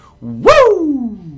Woo